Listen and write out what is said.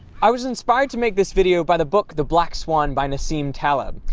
i was inspired to make this video by the book the black swan by nassim taleb.